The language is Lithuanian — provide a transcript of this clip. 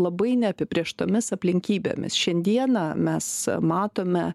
labai neapibrėžtomis aplinkybėmis šiandieną mes matome